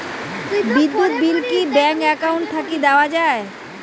বিদ্যুৎ বিল কি bank account থাকি দেওয়া য়ায়?